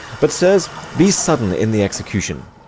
but, sirs, be sudden in the execution,